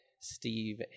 Steve